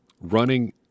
running